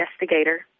investigator